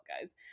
guys